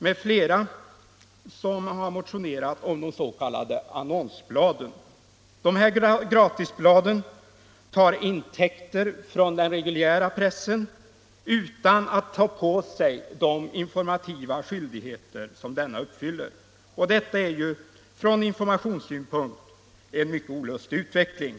m.fl. om de s.k. annonsbladen. Dessa gratisblad tar.intäkter från den reguljära pressen utan att ta på sig de informativa skyldigheter som denna uppfyller, och detta är från informationssynpunkt en mycket olustig utveckling.